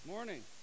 morning